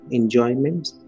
enjoyments